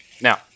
Now